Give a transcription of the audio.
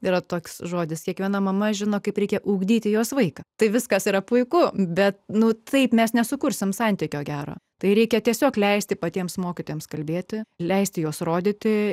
yra toks žodis kiekviena mama žino kaip reikia ugdyti jos vaiką tai viskas yra puiku bet nu taip mes nesukursime santykio gero tai reikia tiesiog leisti patiems mokytojams kalbėti leisti juos rodyti